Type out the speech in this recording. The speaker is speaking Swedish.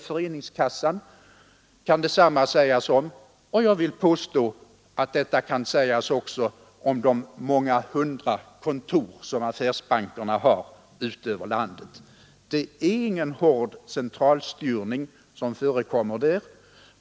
Föreningskassan kan detsamma sägas om, och jag vill påstå att det också kan sägas om de många hundra kontor som affärsbankerna har över landet. Det är ingen hård centralstyrning som förekommer där.